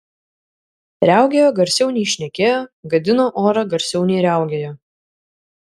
riaugėjo garsiau nei šnekėjo gadino orą garsiau nei riaugėjo